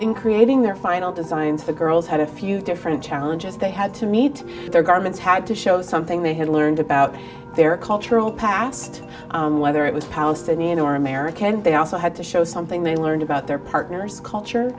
in creating their final designs the girls had a few different challenges they had to meet their garments had to show something they had learned about their cultural past whether it was palestinian or american they also had to show something they learned about their partner's culture